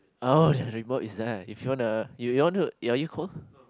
oh the remote is there if you wanna you you want to are you cold